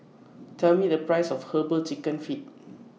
Tell Me The priceS of Herbal Chicken Feet